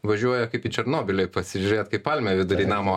važiuoja kaip į černobylį pasižiūrėt kaip palmė vidury namo